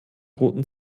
roten